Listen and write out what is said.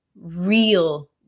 real